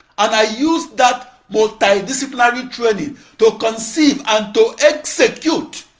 and i used that multidisciplinary training to conceive and to execute